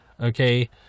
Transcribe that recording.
Okay